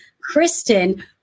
Kristen